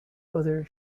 other